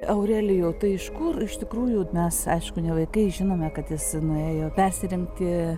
aurelijau tai iš kur iš tikrųjų mes aišku ne vaikai žinome kad jis nuėjo persirengti